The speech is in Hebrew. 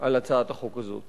על הצעת החוק הזאת.